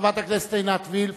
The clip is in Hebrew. חברת הכנסת וילף,